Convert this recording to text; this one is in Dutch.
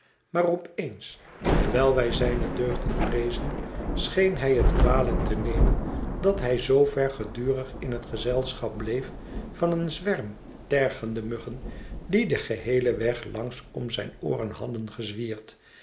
maar op eens terwijl wij zijne deugden prezen scheen hij het kwalijk te nemen dat hij zoover gedurig in het gezelschap bleef van een zwerm tergende muggen die den geheelen weg langs om zijne ooren hadden gezwierd en